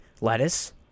lettuce